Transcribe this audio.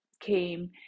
came